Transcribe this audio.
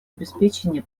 обеспечения